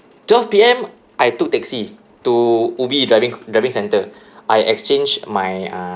twelve P_M I took taxi to ubi driving driving centre I exchange my uh